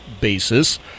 basis